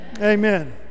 Amen